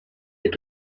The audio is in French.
est